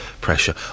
pressure